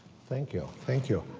thank you, thank you.